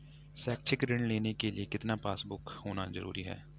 शैक्षिक ऋण लेने के लिए कितना पासबुक होना जरूरी है?